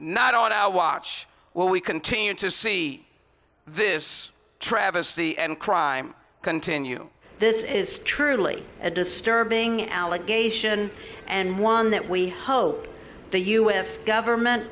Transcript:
not on our watch while we continue to see this travesty and crime continue this is truly a disturbing allegation and one that we hope the us government